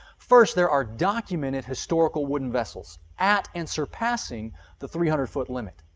first, there are documented historical wooden vessels at and surpassing the three hundred foot limit.